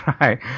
right